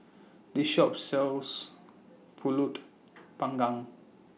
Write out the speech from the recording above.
This Shop sells Pulut Panggang